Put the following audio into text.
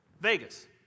Vegas